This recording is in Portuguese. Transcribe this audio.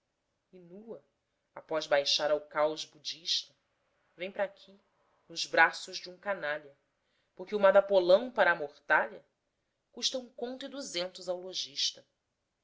e nua após baixar ao caos budista vem para aqui nos braços de um canalha porque o madapolão para a mortalha usta ao lojista